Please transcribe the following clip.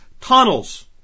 tunnels